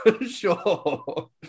sure